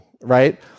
right